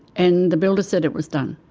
and the builder said it was done.